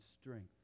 strength